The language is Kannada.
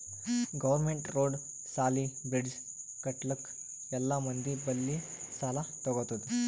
ಗೌರ್ಮೆಂಟ್ ರೋಡ್, ಸಾಲಿ, ಬ್ರಿಡ್ಜ್ ಕಟ್ಟಲುಕ್ ಎಲ್ಲಾ ಮಂದಿ ಬಲ್ಲಿ ಸಾಲಾ ತಗೊತ್ತುದ್